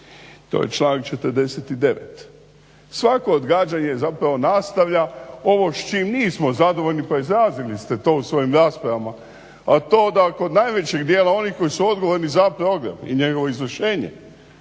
to je članak 49. Svako odgađanje zapravo nastavlja ovo s čim nismo zadovoljni, pa izrazili ste to u svojim rasprava, a to da kod najvećeg dijela onih koji su odgovorni za program i njegovo izvršenje